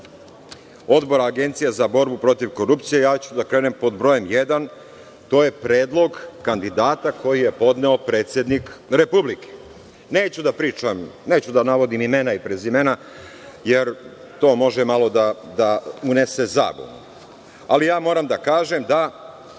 Odbora Agencije za borbu protiv korupcije, ja ću da krenem pod bojem jedan, a to je predlog kandidata koji je podneo predsednik Republike. Neću da navodim imena i prezimena, jer to može malo da unese zabunu, ali moram da kažem da